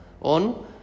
on